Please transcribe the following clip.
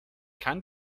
kann